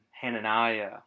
Hananiah